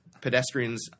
pedestrians